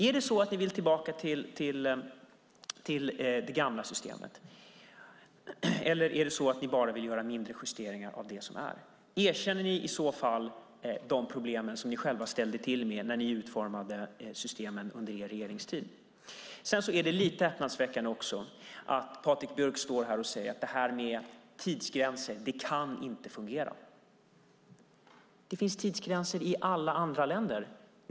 Är det så att ni vill tillbaka till det gamla systemet, eller är det så att ni bara vill göra mindre justeringar av det som är? Erkänner ni i så fall de problem som ni själva ställde till med när ni utformade systemen under er regeringstid? Det är också lite häpnadsväckande att Patrik Björck står här och säger att detta med tidsgränser inte kan fungera. Det finns tidsgränser i alla andra länder!